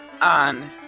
on